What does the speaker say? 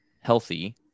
healthy